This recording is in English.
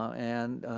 and